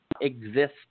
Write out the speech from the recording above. exist